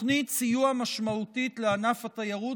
תוכנית סיוע משמעותית לענף התיירות,